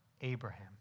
Abraham